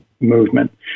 movement